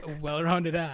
well-rounded